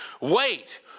Wait